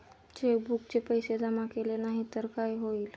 चेकबुकचे पैसे जमा केले नाही तर काय होईल?